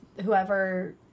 whoever